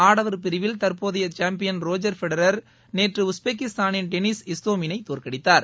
ஆடவர் பிரிவில் தற்போதைய சாம்பியன் ரோஜர் ஃபெடரர் நேற்று உஸ்பெக்கிஸ்தானின் டெனிஸ் இஸ்தோமினை தோற்கடித்தார்